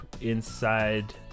inside